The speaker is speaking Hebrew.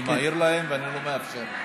אני מעיר להם ואני לא מאפשר.